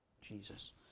Jesus